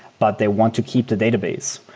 but they want to keep the database.